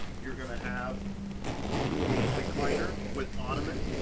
you're gonna have a recliner with ottoman